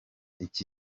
iki